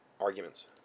arguments